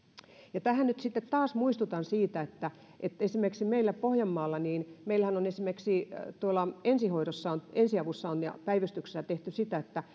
nyt sitten taas muistutan siitä että että meillä pohjanmaallahan on on esimerkiksi ensihoidossa ensiavussa ja päivystyksessä tehty sitä että